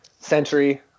century